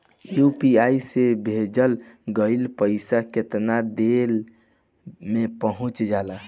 UPI से भेजल गईल पईसा कितना देर में पहुंच जाला?